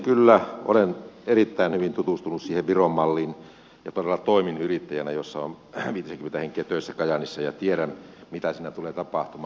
kyllä olen erittäin hyvin tutustunut siihen viron malliin ja todella toimin yrittäjänä yrityksessä jossa on viitisenkymmentä henkeä töissä kajaanissa ja tiedän mitä siinä tulee tapahtumaan